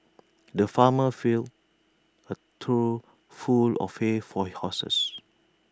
the farmer filled A trough full of hay for horses